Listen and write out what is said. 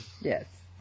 yes